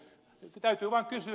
täytyy vain kysyä